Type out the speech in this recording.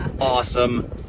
awesome